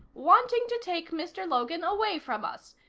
wanting to take mr. logan away from us.